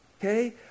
okay